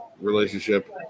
relationship